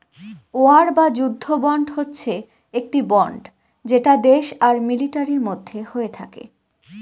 war বা যুদ্ধ bond হচ্ছে একটি বন্ড যেটা দেশ আর মিলিটারির মধ্যে হয়ে থাকে